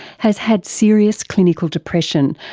has had serious clinical depression,